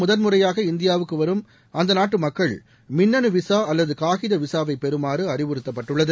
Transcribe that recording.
முதல் முறையாக இந்தியாவுக்கு வரும் அந்த நாட்டு மக்கள் மின்னனு விசா அல்லது காகித விசாவை பெறுமாறு அறிவுறுத்தப்பட்டுள்ளது